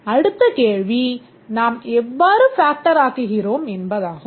அடுத்த கேள்வி நாம் எவ்வாறு factor ஆக்குகிறோம் என்பதாகும்